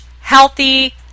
healthy